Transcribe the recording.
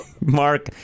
Mark